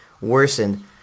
worsened